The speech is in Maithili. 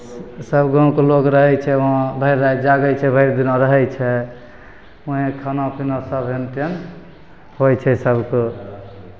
सभ गाँवके लोक रहै छै वहाँ भरि राति जागै छै भरि दिना रहै छै वहेँ खाना पीना सभ येन तेन होइ छै सभके